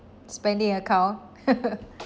spending account